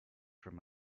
from